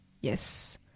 Yes